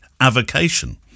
avocation